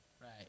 Right